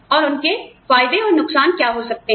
और उनके फायदे और नुकसान क्या हो सकते हैं